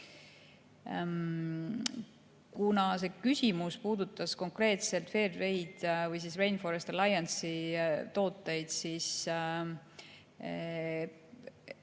Kuna see küsimus puudutas konkreetselt Fairtrade'i või siis Rainforest Alliance'i tooteid, siis